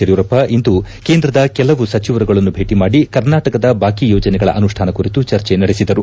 ಯಡಿಯೂರಪ್ಪ ಇಂದು ಕೇಂದ್ರದ ಕೆಲವು ಸಚಿವರುಗಳನ್ನು ಭೇಟಿ ಮಾಡಿ ಕರ್ನಾಟಕದ ಬಾಕಿ ಯೋಜನೆಗಳ ಅನುಷ್ಲಾನ ಕುರಿತು ಚರ್ಚೆ ನಡೆಸಿದರು